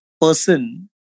person